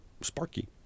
Sparky